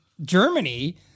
Germany